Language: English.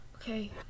okay